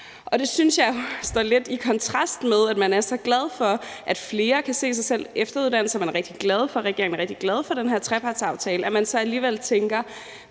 jo står lidt i kontrast til, at man er så glad for, at flere kan se sig selv efteruddanne sig. Man er rigtig glad for den – regeringen